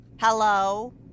Hello